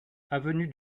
avenue